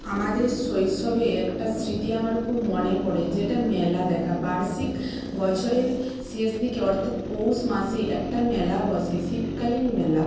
আমাদের শৈশবে একটা স্মৃতি আমার খুব মনে পড়ে যেটা মেলা দেখা বার্ষিক বছরের শেষদিকে অর্থাৎ পৌষ মাসে একটা মেলা বসে শীতকালীন মেলা